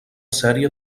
sèrie